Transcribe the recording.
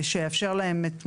כל